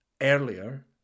earlier